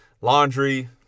laundry